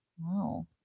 Wow